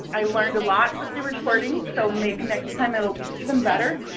i learned a lot with the recording so maybe next time it will be even better.